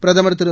பிரதமர் திரு